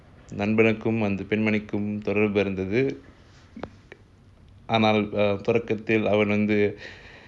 நண்பனுக்கும்அந்தபெண்மணிக்கும்தொடர்புஇருந்ததுஆனால்தொடக்கத்தில்அவள்வந்து:nanbanukum andha penmanikum thodarbu irunthathu aanaa thodakathil aval vandhu